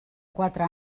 quatre